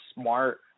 smart